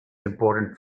important